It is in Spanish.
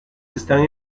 están